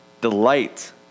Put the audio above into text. delight